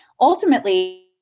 ultimately